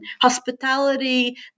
hospitality